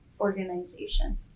organization